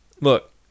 Look